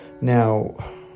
now